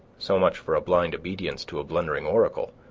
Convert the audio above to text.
so much for a blind obedience to a blundering oracle,